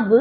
अब